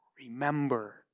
Remember